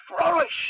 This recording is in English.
flourish